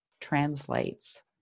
translates